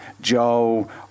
Joe